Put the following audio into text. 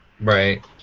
right